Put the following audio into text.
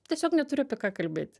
tiesiog neturiu apie ką kalbėt